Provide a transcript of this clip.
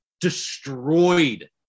destroyed